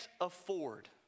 afford